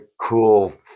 cool